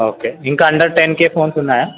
okay ఇంకా under ten K phones ఉన్నాయా